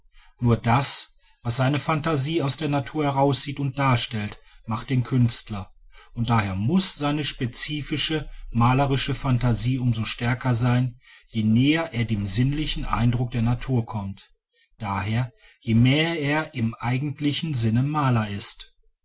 nur das was seine phantasie aus der natur heraussieht und darstellt macht den künstler und daher muß seine spezifisch malerische phantasie um so stärker sein je näher er dem sinnlichen eindruck der natur kommt d h je mehr er im eigentlichen sinne maler ist